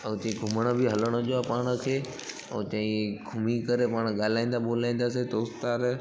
ऐं चयई घुमण बि हलण जो आहे पाण खे ऐं चयई घुमीं करे पाणि ॻाल्हाईंदा ॿोलाईंदासीं दोस्तार